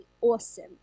awesome